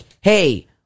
hey